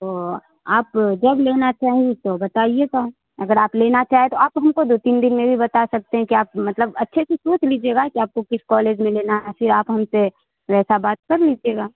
تو آپ جب لینا چاہیں تو بتائیے گا اگر آپ لینا چاہیں تو آپ ہم کو دو تین دن میں بھی بتا سکتے ہیں کہ آپ مطلب اچھے سے سوچ لیجیے گا کہ آپ کو کس کالج میں لینا ہے پھر آپ ہم سے ویسا بات کر لیجیے گا